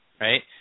right